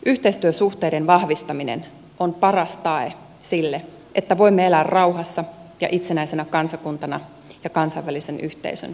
yhteistyösuhteiden vahvistaminen on paras tae sille että voimme elää rauhassa ja itsenäisenä kansakuntana ja kansainvälisen yhteisön aktiivisena jäsenenä